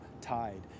tied